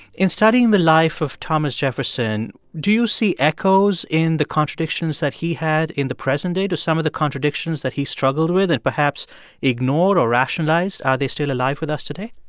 in studying the life of thomas jefferson, do you see echoes in the contradictions that he had in the present day, do some of the contradictions that he struggled with and perhaps ignored or rationalized, are they still alive with us today?